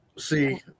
See